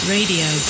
Radio